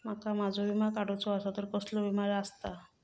माका माझो विमा काडुचो असा तर कसलो विमा आस्ता?